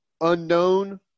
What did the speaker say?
unknown